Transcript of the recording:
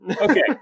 Okay